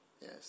Yes